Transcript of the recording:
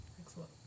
Excellent